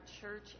church